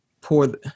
pour